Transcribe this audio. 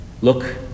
Look